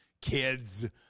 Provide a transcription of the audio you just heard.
kids